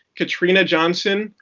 katrina johnson,